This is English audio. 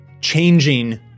changing